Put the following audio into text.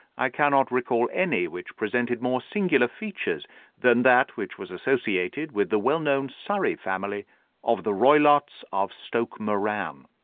i cannot recall any which presented more singular features than that which was associated with the well-known surrey family of the roylotts of stoke moran.